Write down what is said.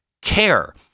care